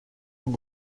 این